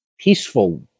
peaceful